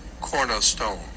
cornerstone